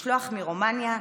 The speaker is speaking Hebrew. משלוח מרומניה,